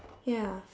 ya